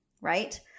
right